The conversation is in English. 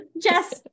Jess